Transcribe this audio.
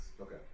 Okay